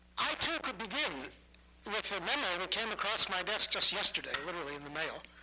i too could begin with a memo that came across my desk just yesterday, literally, in the mail.